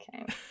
Okay